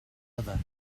other